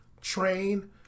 Train